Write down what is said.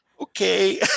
okay